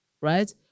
right